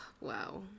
wow